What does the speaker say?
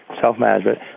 self-management